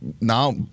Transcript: now